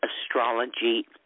astrology